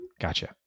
gotcha